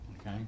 Okay